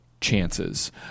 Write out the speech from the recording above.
chances